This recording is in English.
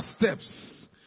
steps